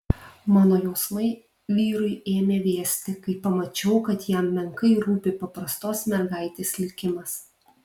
mano jausmai vyrui ėmė vėsti kai pamačiau kad jam menkai rūpi paprastos mergaitės likimas